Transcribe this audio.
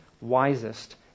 wisest